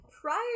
prior